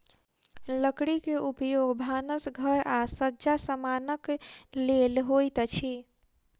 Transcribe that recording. लकड़ी के उपयोग भानस घर आ सज्जा समानक लेल होइत अछि